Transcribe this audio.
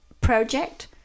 project